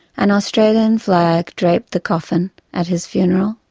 an australian flag draped the coffin at his funeral.